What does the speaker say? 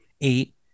eight